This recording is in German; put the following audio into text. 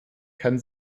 kann